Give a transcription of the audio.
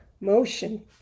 motion